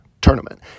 tournament